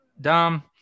Dom